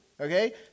okay